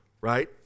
right